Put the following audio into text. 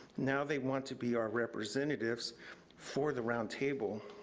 now, they want to be our representatives for the roundtable.